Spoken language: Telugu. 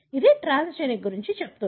ఇది ట్రాన్స్జెనిక్ గురించి చెబుతుంది